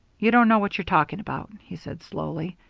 you don't know what you're talking about, he said slowly.